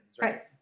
right